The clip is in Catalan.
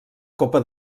copa